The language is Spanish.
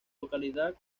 localidad